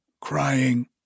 crying